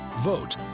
Vote